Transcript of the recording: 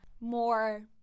more